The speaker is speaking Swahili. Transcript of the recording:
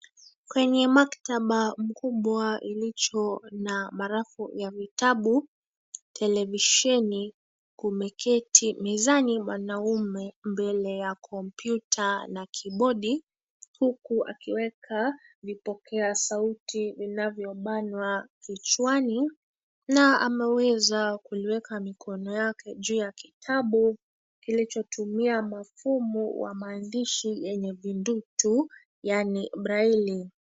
Kwenye maktaba mkubwa ilicho na marafu ya vitabu, televisheni kumeketi mezani mwanaume mbele ya kompyuta na kibodi huku akiweka vipokea sauti vinavyobanwa kichwani. Na ameweza kuliweka mikono yake juu ya kitabu kilichotumia mfumo wa maandishi yenye vidutu yaani breli.